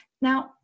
Now